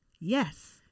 yes